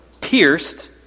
pierced